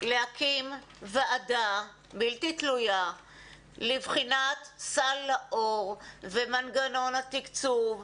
להקים ועדה בלתי תלויה לבחינת סל לאור ומנגנון התקצוב,